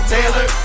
Taylor